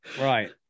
Right